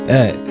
Hey